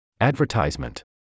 Advertisement